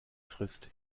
frisst